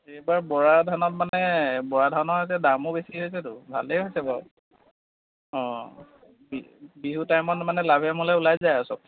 এইবাৰ বৰাধানত মানে বৰাধানৰ এতিয়া দামো বেছি হৈছেতো ভালেই হৈছে বাৰু অঁ বিহু টাইমত মানে লাভে মূলে ওলাই যায় আৰু চব